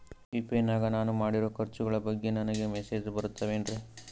UPI ನಾಗ ನಾನು ಮಾಡಿರೋ ಖರ್ಚುಗಳ ಬಗ್ಗೆ ನನಗೆ ಮೆಸೇಜ್ ಬರುತ್ತಾವೇನ್ರಿ?